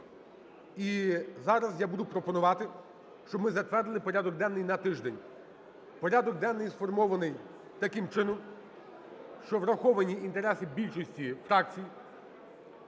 І зараз я буду пропонувати, щоб ми затвердили порядок денний на тиждень. Порядок денний сформований таким чином, що враховані інтереси більшості фракцій.